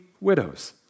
widows